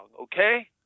Okay